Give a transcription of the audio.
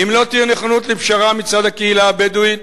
אם לא תהיה נכונות לפשרה מצד הקהילה הבדואית,